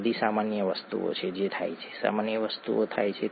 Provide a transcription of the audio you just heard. આ બધી સામાન્ય વસ્તુઓ છે જે થાય છે સામાન્ય વસ્તુઓ થાય છે